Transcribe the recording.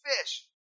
fish